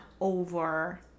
over